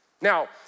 Now